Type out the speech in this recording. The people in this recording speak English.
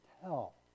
tell